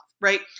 right